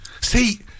See